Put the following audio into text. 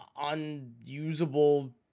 unusable